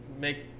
make